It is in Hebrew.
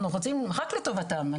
אנחנו רוצים רק לטובתם,